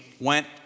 went